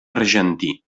argentí